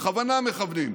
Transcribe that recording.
בכוונה מכוונים.